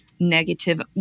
negative